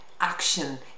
action